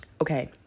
Okay